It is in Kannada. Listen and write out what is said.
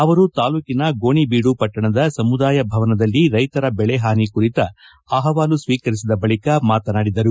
ಅವರು ತಾಲೂಕಿನ ಗೋಣೆಬೀಡು ಪಟ್ಟಣದ ಸಮುಧಾಯ ಭವನದಲ್ಲಿ ರೈತರ ಬೆಳೆ ಹಾನಿ ಕುರಿತ ಅಹವಾಲು ಸ್ವೀಕರಿಸಿದ ಬಳಿಕ ಮಾತನಾಡಿದರು